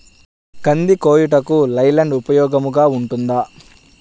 కంది కోయుటకు లై ల్యాండ్ ఉపయోగముగా ఉంటుందా?